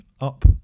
up